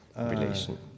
relation